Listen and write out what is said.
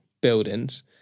buildings